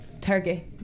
turkey